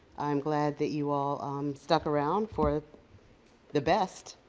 i'm glad that you all stuck around for the best,